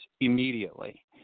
immediately